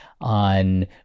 on